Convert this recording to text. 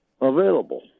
available